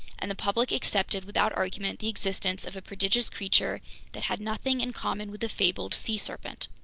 and the public accepted without argument the existence of a prodigious creature that had nothing in common with the fabled sea serpent.